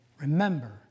Remember